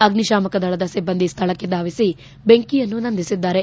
ಅಗ್ನಿಶಾಮಕ ದಳದ ಸಿಬ್ಬಂದಿ ಸ್ಥಳಕ್ಕೆ ಧಾವಿಸಿ ಬೆಂಕಿಯನ್ನು ನಂದಿಸಿದ್ದಾರೆ